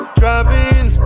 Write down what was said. driving